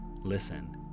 Listen